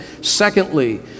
Secondly